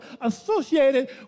associated